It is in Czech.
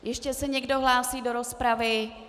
Ještě se někdo hlásí do rozpravy?